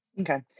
okay